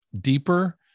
deeper